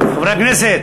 חברי הכנסת.